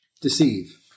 Deceive